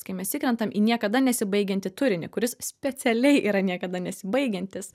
kai mes įkrentam į niekada nesibaigiantį turinį kuris specialiai yra niekada nesibaigiantis